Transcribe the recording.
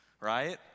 right